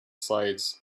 sides